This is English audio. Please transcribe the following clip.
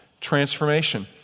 transformation